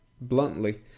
bluntly